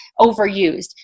overused